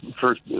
first